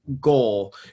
goal